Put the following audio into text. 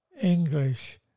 English